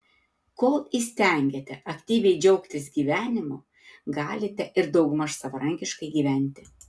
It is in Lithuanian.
kol įstengiate aktyviai džiaugtis gyvenimu galite ir daugmaž savarankiškai gyventi